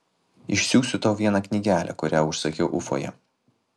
išsiųsiu tau vieną knygelę kurią užsakiau ufoje